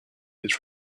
his